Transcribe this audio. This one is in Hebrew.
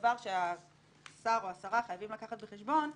דבר שהשר או השרה חייבים לקחת בחשבון.